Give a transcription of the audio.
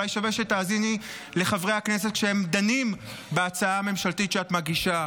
אולי שווה שתאזיני לחברי הכנסת כשהם דנים בהצעה הממשלתית שאת מגישה,